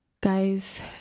Guys